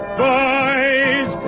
boys